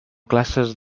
classes